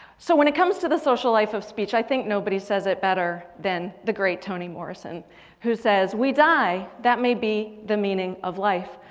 so when it comes to the social life of speech. i think nobody says it better than the great toni morrison who says we die, that may be the meaning of life.